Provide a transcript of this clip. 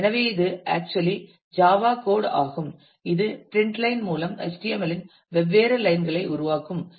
எனவே இது actually Java code ஆகும் இது பிரிண்ட் லைன் மூலம் HTML இன் வெவ்வேறு லைன் களை உருவாக்கும்